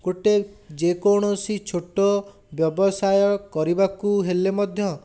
ଗୋଟିଏ ଯେକୌଣସି ଛୋଟ ବ୍ୟବସାୟ କରିବାକୁ ହେଲେ ମଧ୍ୟ